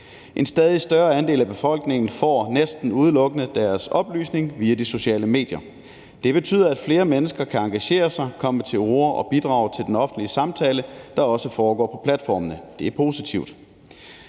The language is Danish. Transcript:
En stadig større andel af befolkningen får næsten udelukkende deres oplysning via de sociale medier, og det betyder, at flere mennesker kan engagere sig, komme til orde og bidrage til den offentlige samtale, der også foregår på platformene. Det er positivt.